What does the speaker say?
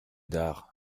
dares